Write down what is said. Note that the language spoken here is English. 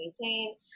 maintain